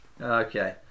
Okay